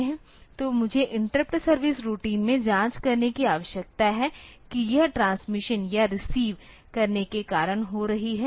तो मुझे interrupt service routine में जांच करने की आवश्यकता है की यह ट्रांसमिशन या रिसीव करने के कारण हो रही है